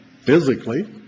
physically